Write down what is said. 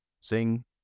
sing